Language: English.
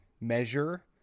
measure